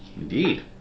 Indeed